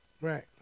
Right